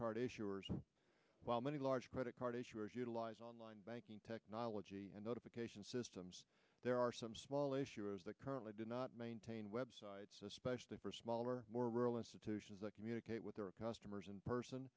card issuers while many large credit card issuers utilize online banking technology and notification systems there are some small issuers that currently do not maintain web sites especially for smaller more rural institutions that communicate with their customers in person